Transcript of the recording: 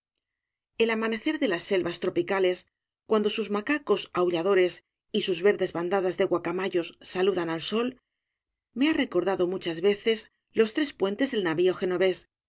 el amanecer de las selvas tropicales cuando sus macacos aulladores y sus verdes bandadas de guacamayos saludan ai sol me ha recordado muchas veces los tres puentes del navio genovés